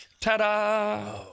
Ta-da